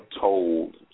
told